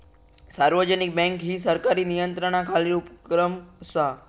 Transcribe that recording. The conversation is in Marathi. सार्वजनिक बँक ही सरकारी नियंत्रणाखालील उपक्रम असा